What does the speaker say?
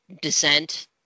descent